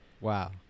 Wow